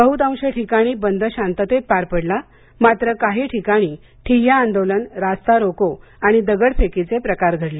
बहुतांश ठिकाणी बंद शांततेत पार पडला मात्र काही ठिकाणी ठिय्या आंदोलन रस्ता रोको आणि दगडफेकीचे प्रकार घडले